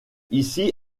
ici